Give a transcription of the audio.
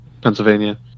Pennsylvania